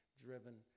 driven